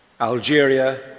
Algeria